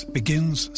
begins